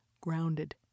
grounded